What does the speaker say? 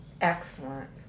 Excellent